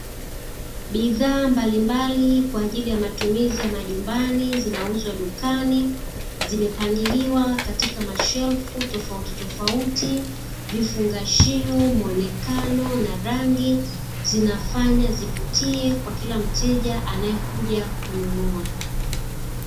Bidhaa mbalimbali kwa ajili ya matumizi ya majumbani zinauzwa dukani zimepangiliwa katika mashelfu tofautitofauti, vifungashio, muonekano na rangi zinafanya zivutie kwa kila mteja anayekuja kununua.